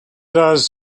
does